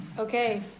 Okay